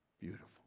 beautiful